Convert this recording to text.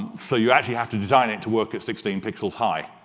so you actually have to design it to work sixteen pixels high.